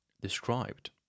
described